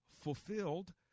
Fulfilled